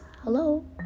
Hello